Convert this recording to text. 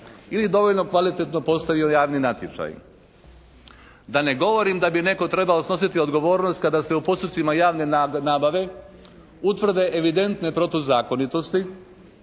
ili dovoljno kvalitetno postavio javni natječaj. Da ne govorim da bi netko trebao snositi odgovornost kada se u postupcima javne nabave utvrde evidentne protuzakonitosti